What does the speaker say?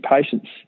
patients